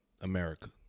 America